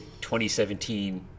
2017